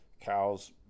Cow's